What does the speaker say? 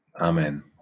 Amen